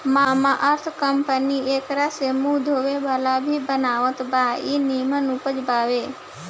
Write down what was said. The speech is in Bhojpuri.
मामाअर्थ कंपनी एकरा से मुंह धोए वाला भी बनावत बा इ निमन उपज बावे